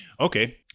okay